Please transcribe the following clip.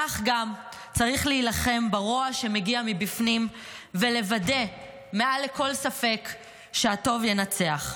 כך גם צריך להילחם ברוע שמגיע מבפנים ולוודא מעל לכל ספק שהטוב ינצח.